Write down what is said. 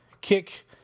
kick